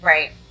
Right